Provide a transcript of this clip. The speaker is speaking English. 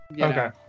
Okay